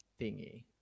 thingy